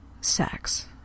sex